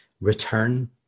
return